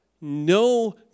no